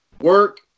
work